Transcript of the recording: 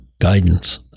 guidance